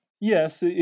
yes